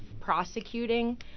prosecuting